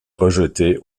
rejetée